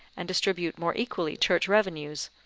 and distribute more equally church revenues,